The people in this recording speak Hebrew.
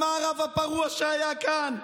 במערב הפרוע שהיה כאן?